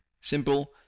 simple